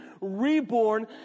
reborn